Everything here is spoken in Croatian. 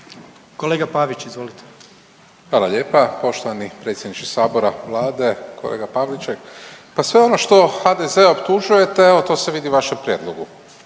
**Pavić, Marko (HDZ)** Hvala lijepa. Poštovani predsjedniče Sabora, Vlade, kolega Pavliček. Pa sve ono što HDZ-e optužujete evo to se vidi u vašem prijedlogu